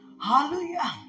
Hallelujah